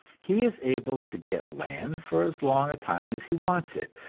he is able to get land for as long a time as he wants it,